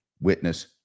witness